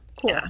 Cool